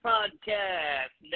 Podcast